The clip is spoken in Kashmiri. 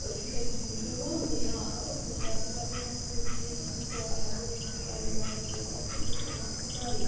أسۍ چھِ تٔمسٕے نِش نِوان تہٕ یا اگر اسہِ مِثال کے طور پَر کانٛہہ تیُتھ چیٖز یُس نہٕ توٗر ہیٚکو نِتھ کیٚنٛہہ ایٚلکٹرٛانِک چیٖز آسہِ تہٕ سُہ چھُ یِوان اسہِ گھرٔے